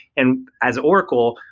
and as oracle,